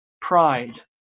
pride